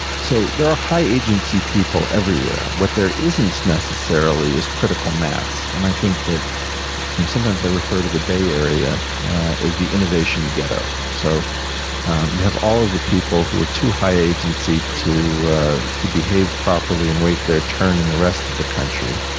so there are high agency people everywhere. what there isn't, necessarily, is critical mass. and i think that you know sometimes i refer to the bay area as the innovation ghetto. so you have all of the people who are too high agency to to behave properly and wait their turn in the rest of the country.